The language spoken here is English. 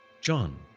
John